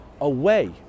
away